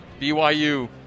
BYU